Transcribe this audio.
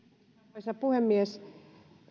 arvoisa puhemies